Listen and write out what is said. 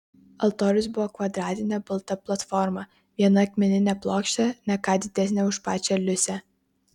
altorius buvo kvadratinė balta platforma viena akmeninė plokštė ne ką didesnė už pačią liusę